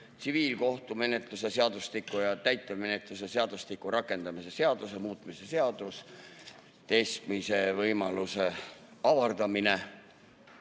tsiviilkohtumenetluse seadustiku ja täitemenetluse seadustiku rakendamise seaduse muutmise seaduse eelnõu. Teistmisvõimaluse avardamine.